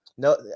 No